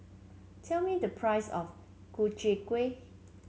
tell me the price of Ku Chai Kueh